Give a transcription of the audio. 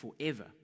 forever